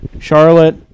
Charlotte